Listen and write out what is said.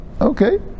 okay